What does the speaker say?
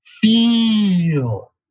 feel